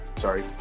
sorry